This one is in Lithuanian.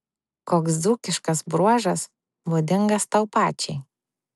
koks dzūkiškas bruožas būdingas tau pačiai